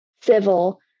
civil